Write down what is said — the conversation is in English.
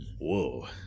Whoa